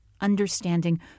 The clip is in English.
understanding